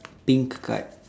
pink card